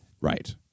Right